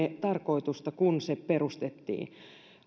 tarkoitusta kun se perustettiin